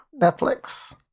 Netflix